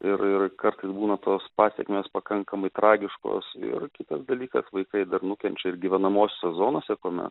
ir ir kartais būna tos pasekmės pakankamai tragiškos ir kitas dalykas vaikai dar nukenčia ir gyvenamosiose zonose kuomet